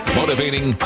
motivating